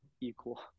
equal